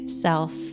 self